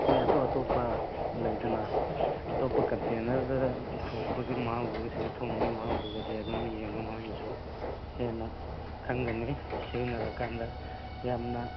ꯑꯩꯈꯣꯏ ꯑꯇꯣꯞ ꯑꯇꯣꯞꯄ ꯂꯩꯗꯅ ꯑꯇꯣꯞꯄ ꯀꯟꯇꯦꯅꯔꯗ ꯊꯣꯡꯕꯒꯤ ꯃꯍꯥꯎꯗꯨꯒ ꯁꯤꯗ ꯊꯣꯡꯕꯒꯤ ꯃꯍꯥꯎꯗꯨꯒꯗꯤ ꯑꯗꯨꯝ ꯌꯦꯡꯉꯣ ꯅꯣꯈꯣꯏꯅꯁꯨ ꯍꯦꯟꯅ ꯈꯪꯒꯅꯤ ꯁꯤꯖꯤꯟꯅꯔꯀꯥꯟꯗ ꯌꯥꯝꯅ